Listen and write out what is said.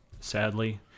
Sadly